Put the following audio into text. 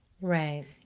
Right